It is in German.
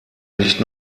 nicht